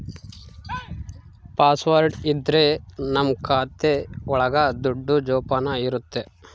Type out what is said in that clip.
password ಇದ್ರೆ ನಮ್ ಖಾತೆ ಒಳಗ ದುಡ್ಡು ಜೋಪಾನ ಇರುತ್ತೆ